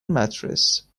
mattress